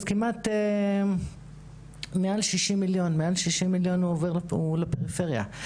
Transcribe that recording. מעל 60 מיליון ₪ מעוברים לפריפריה.